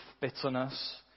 bitterness